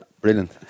brilliant